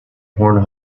horn